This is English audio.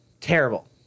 Terrible